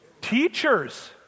Teachers